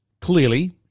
clearly